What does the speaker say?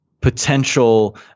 potential